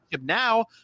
now